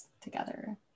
together